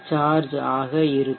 charge ஆக இருக்கும்